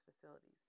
facilities